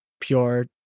Pure